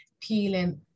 peeling